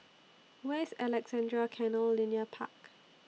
Where IS Alexandra Canal Linear Park